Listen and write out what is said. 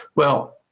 well,